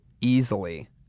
easily